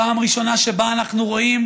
פעם ראשונה שאנחנו רואים